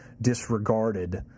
disregarded